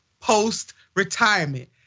post-retirement